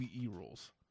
rules